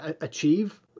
achieve